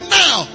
now